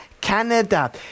Canada